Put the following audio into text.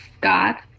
God